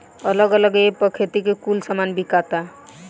अलग अलग ऐप पर खेती के कुल सामान बिकाता